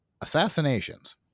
assassinations